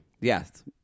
Yes